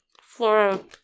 Flora